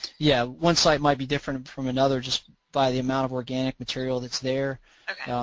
yeah, one site might be different from another just by the amount of organic material that's there. okay.